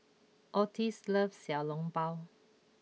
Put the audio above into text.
Ottis loves Xiao Long Bao